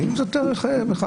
האם זה דבר נכון?